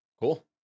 cool